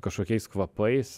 kažkokiais kvapais